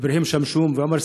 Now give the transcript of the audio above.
אברהים שמשום ועומר סעדי,